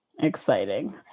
exciting